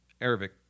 Arabic